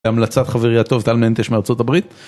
המלצת חברי הטוב טל מנטש מארה״ב